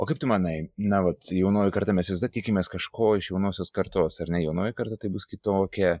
o kaip tu manai na vat jaunoji karta mes visada tikimės kažko iš jaunosios kartos ar ne jaunoji karta tai bus kitokia